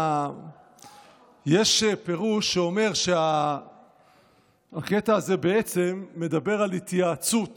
יש פירוש שאומר שהקטע הזה בעצם מדבר על התייעצות